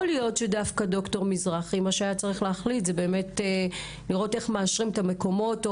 יכול להיות שמה שהיה צריך להחליט זה לראות איך מאשרים את המקומות,